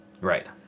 Right